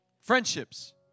Friendships